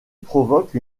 provoque